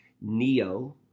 Neo